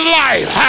life